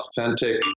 authentic